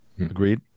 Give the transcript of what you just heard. agreed